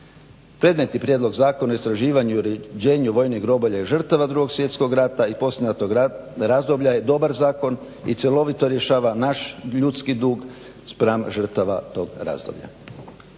Premetni prijedlog zakona o istraživanju, uređenju vojnih grobalja i žrtava 2.svjetskog rata i poslijeratnog razdoblja je dobar zakon i cjelovito rješava naš ljudski dug spram žrtava tog razdoblja.